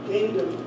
Kingdom